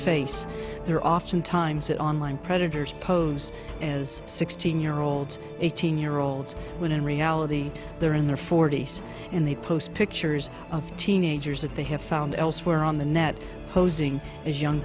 face they're often times that online predators pose as sixteen year olds eighteen year olds when in reality they're in their forty's in the post pictures of teenagers that they have found elsewhere on the net posing as young